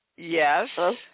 Yes